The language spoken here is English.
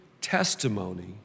testimony